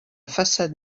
façade